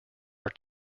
are